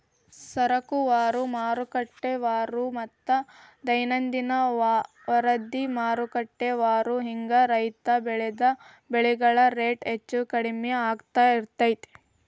ಸರಕುವಾರು, ಮಾರುಕಟ್ಟೆವಾರುಮತ್ತ ದೈನಂದಿನ ವರದಿಮಾರುಕಟ್ಟೆವಾರು ಹಿಂಗ ರೈತ ಬೆಳಿದ ಬೆಳೆಗಳ ರೇಟ್ ಹೆಚ್ಚು ಕಡಿಮಿ ಆಗ್ತಿರ್ತೇತಿ